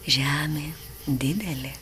žemė didelė